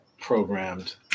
programmed